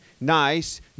nice